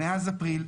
מאז אפריל,